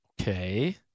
Okay